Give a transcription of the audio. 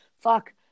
fuck